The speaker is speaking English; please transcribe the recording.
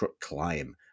climb